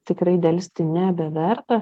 tikrai delsti nebeverta